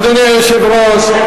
אדוני היושב-ראש,